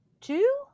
two